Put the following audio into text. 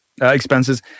expenses